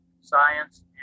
science